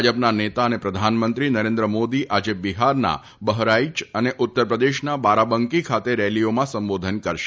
ભાજપના નેતા અને પ્રધાનમંત્રી નરેન્દ્ર મોદી આજે બિહારના બહરાઇચ અને ઉત્તરપ્રદેશના બારાબંકી ખાતે રેલીઓમાં સંબોધન કરશે